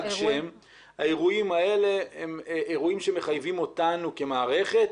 האירועים האלה הם אירועים שמחייבים אותנו כמערכת